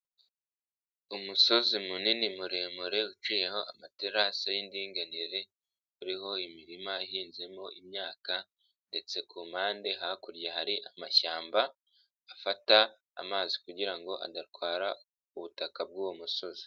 Umusozi munini muremure uciyeho amaterasi y'indinganire uriho imirima ihinzemo imyaka, ndetse kumpande hakurya hari amashyamba, afata amazi kugira ngo adatwara ubutaka bw'uwo musozi.